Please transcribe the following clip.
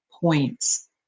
points